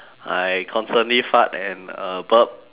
I constantly fart and uh burp